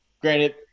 Granted